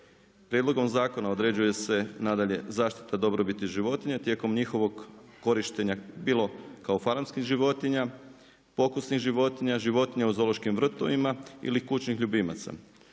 Prijedlogom zakona određuje se nadalje zaštita dobrobiti životinja tijekom njihovog korištenja, bilo kao …/Govornik se ne razumije./… životinja, pokusnih životinja, životinja u zoološkim vrtovima ili kućnih ljubimaca